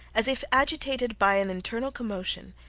as if agitated by an internal commotion,